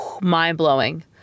mind-blowing